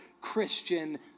Christian